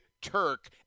Turk